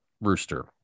Rooster